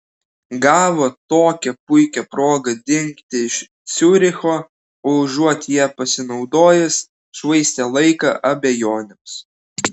gavo tokią puikią progą dingti iš ciuricho o užuot ja pasinaudojęs švaistė laiką abejonėms